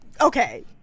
okay